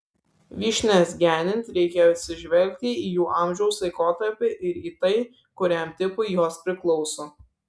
vyšnias genint reikia atsižvelgti į jų amžiaus laikotarpį ir į tai kuriam tipui jos priklauso